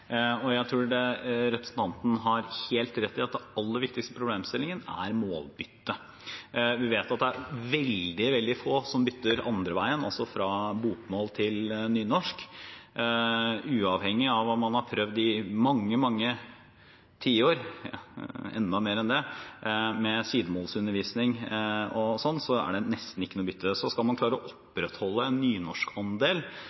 Jeg tror representanten har helt rett i at den aller viktigste problemstillingen er målbytte. Vi vet at det er veldig få som bytter andre veien, altså fra bokmål til nynorsk. Uavhengig av at man har prøvd i mange, mange tiår, enda lenger enn det, med sidemålsundervisning, er det nesten ikke noe bytte. Skal man klare å